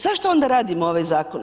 Zašto onda radimo ovaj zakon?